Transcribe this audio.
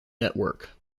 network